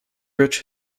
bridge